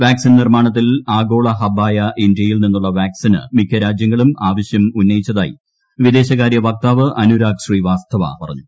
vaccine നിർമാണത്തിൽ ആഗോള ഹബായ ഇന്ത്യയിൽ നിന്നുള്ള വാക്സിന് മിക്ക രാജ്യങ്ങളും ആവശ്യം ഉന്നയിച്ചതായി വിദേശകാര്യവക്താവ് അനുരാഗ് ശ്രീവാസ്തവ പറഞ്ഞു